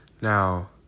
Now